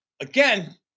again